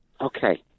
Okay